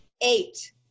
Eight